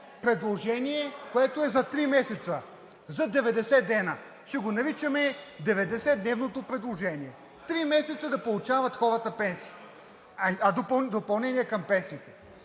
предложение, което е за три месеца – за 90 дни. Ще го наричаме 90-дневното предложение. Три месеца да получават хората пенсии – допълнение към пенсиите.